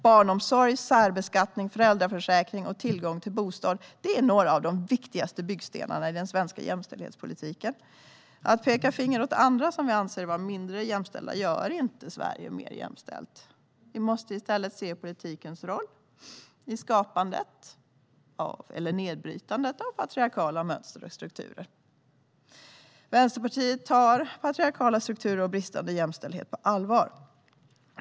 Barnomsorg, särbeskattning, föräldraförsäkring och tillgång till bostad är några av de viktigaste byggstenarna i den svenska jämställdhetspolitiken. Att peka finger åt andra som vi anser vara mindre jämställda gör inte Sverige mer jämställt. Vi måste i stället se politikens roll i nedbrytandet av patriarkala mönster och strukturer. Vänsterpartiet tar patriarkala strukturer och bristande jämställdhet på allvar.